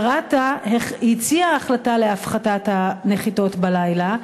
ורת"א הציעה החלטה להפחתת הנחיתות בלילה,